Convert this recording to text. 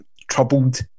troubled